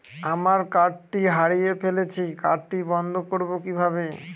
আমার কার্ডটি হারিয়ে ফেলেছি কার্ডটি বন্ধ করব কিভাবে?